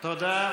תודה.